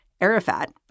Arafat